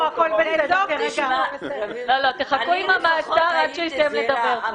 אני לפחות הייתי זהירה,